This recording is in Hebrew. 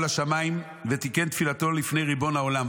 לשמיים ותיקן תפילתו לפני ריבון העולם,